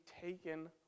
taken